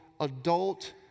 adult